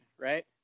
right